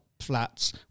Flats